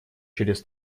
через